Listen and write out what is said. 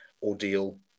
ordeal